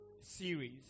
series